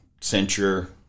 censure